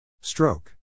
Stroke